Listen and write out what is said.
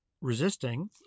resisting